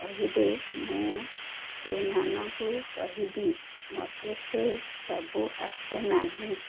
କହିବେ ମୁଁ ସେମାନଙ୍କୁ କହିବି ମୋତେ ସେ ସବୁ ଆସେ ନାହିଁ